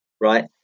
right